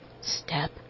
step